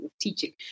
teaching